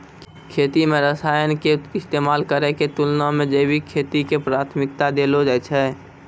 खेती मे रसायन के इस्तेमाल करै के तुलना मे जैविक खेती के प्राथमिकता देलो जाय छै